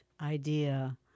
idea